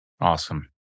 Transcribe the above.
Awesome